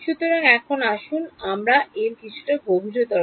সুতরাং এখন আসুন আমরা এর কিছুটা গভীরতর